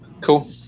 Cool